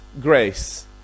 grace